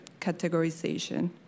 categorization